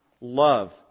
love